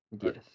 yes